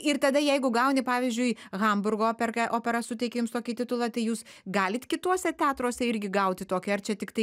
ir tada jeigu gauni pavyzdžiui hamburgo operka opera suteikia jums tokį titulą tai jūs galit kituose teatruose irgi gauti tokį ar čia tiktai